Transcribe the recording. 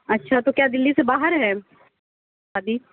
اچھا تو کیا دلّی سے باہر ہے ابھی